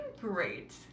great